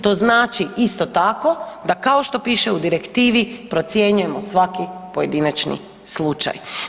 To znači isto tako da kao što piše u direktivi, procjenjujemo svaki pojedinačni slučaj.